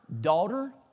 daughter